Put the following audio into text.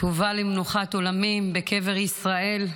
תובא למנוחת עולמים בקבר ישראל.